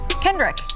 Kendrick